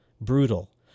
brutal